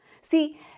See